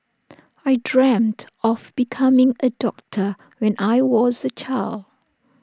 I dreamt of becoming A doctor when I was A child